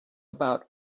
about